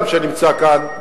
שנמצא כאן,